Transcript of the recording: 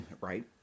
Right